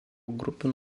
grupių